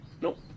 Nope